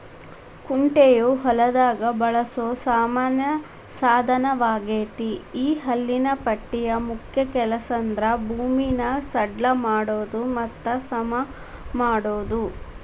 ಕುಂಟೆಯು ಹೊಲದಾಗ ಬಳಸೋ ಸಾಮಾನ್ಯ ಸಾದನವಗೇತಿ ಈ ಹಲ್ಲಿನ ಪಟ್ಟಿಯ ಮುಖ್ಯ ಕೆಲಸಂದ್ರ ಭೂಮಿನ ಸಡ್ಲ ಮಾಡೋದು ಮತ್ತ ಸಮಮಾಡೋದು